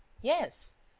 yes.